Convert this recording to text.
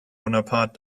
bonaparte